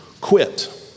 quit